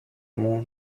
μου